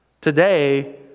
Today